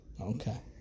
Okay